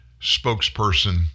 spokesperson